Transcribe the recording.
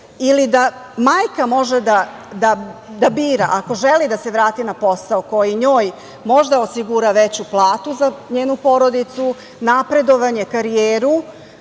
ili da majka može da bira ako želi da se vrati na posao koji njoj možda osigura veću platu za njenu porodicu, napredovanje, karijeru,